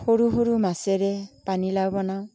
সৰু সৰু মাছেৰে পানীলাও বনাওঁ